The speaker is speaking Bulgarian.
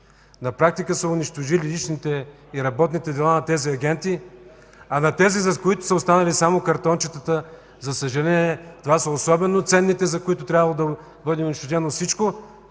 на практика са унищожили личните и работните дела на тези агенти, а на тези, за които са останали само картончетата, за съжаление, това са особено ценните, за които е трябвало да бъде унищожено всичко,